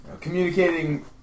communicating